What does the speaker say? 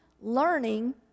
learning